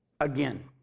Again